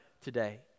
today